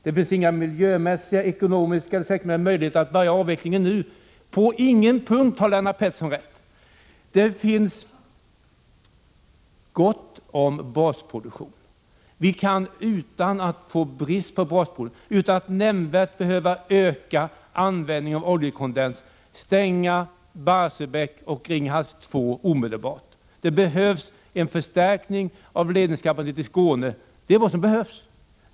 Det finns inga miljömässiga, ekonomiska eller säkra möjligheter att börja avvecklingen nu. På ingen punkt har Lennart Pettersson rätt. Det finns gott om basproduktion. Vi kan utan att få brist på basproduktion, utan att nämnvärt behöva öka användningen av oljekondens stänga Barsebäck och Ringhals 2 omedelbart. Det behövs en förstärkning av ledningskapaciteten till Skåne, det är allt.